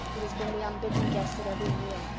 it has been the unbidden guest at every meal,